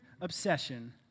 obsession